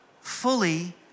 fully